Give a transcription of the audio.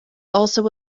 also